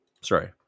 Sorry